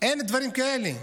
אין דברים כאלה.